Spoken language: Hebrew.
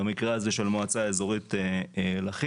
במקרה הזה של המועצה האזורית לכיש.